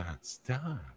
Stop